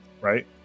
right